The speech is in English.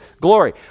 glory